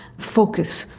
focus,